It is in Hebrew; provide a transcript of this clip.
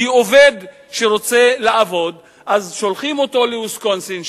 כי עובד שרוצה לעבוד שולחים אותו ל"ויסקונסין".